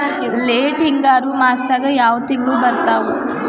Late ಹಿಂಗಾರು ಮಾಸದಾಗ ಯಾವ್ ತಿಂಗ್ಳು ಬರ್ತಾವು?